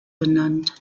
benannt